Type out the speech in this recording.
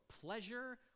pleasure